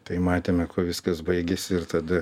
tai matėme kuo viskas baigėsi ir tada